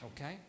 Okay